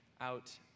out